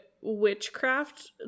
witchcraft